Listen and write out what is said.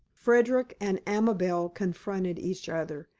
frederick and amabel confronted each other,